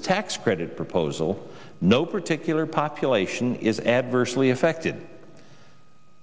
the tax credit proposal no particular population is adversely affected